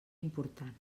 important